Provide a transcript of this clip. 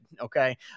Okay